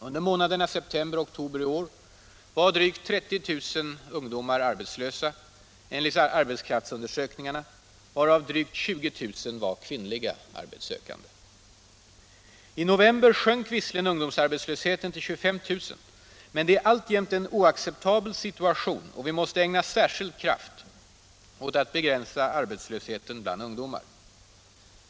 Under månaderna september och oktober i år var drygt 30 000 ungdomar arbetslösa enligt arbetskraftsundersökningarna, varav drygt 20000 var kvinnliga arbetssökande. I november sjönk visserligen ungdomsarbetslösheten till 25 000, men det är alltjämt en oacceptabel situation, och vi måste ägna särskild kraft åt att begränsa arbetslösheten bland ungdomar.